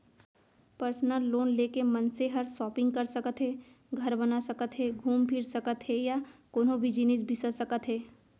personal loan ले के मनसे हर सॉपिंग कर सकत हे, घर बना सकत हे घूम फिर सकत हे या कोनों भी जिनिस बिसा सकत हे